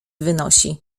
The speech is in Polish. wynosi